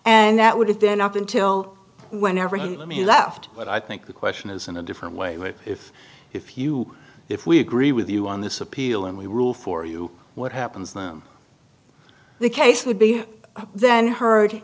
and that would have been up until whenever he let me left but i think the question is in a different way what if if you if we agree with you on this appeal and we rule for you what happens now the case would be then heard